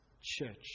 church